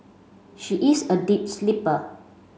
she is a deep sleeper